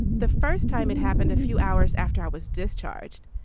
the first time it happened, a few hours after i was discharged,